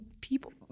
people